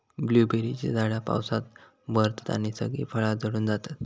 ब्लूबेरीची झाडा पावसात बहरतत आणि सगळी फळा झडून जातत